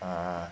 ah